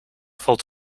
valt